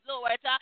Lord